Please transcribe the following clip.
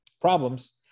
problems